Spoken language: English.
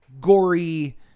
gory